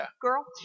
girl